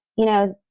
you know,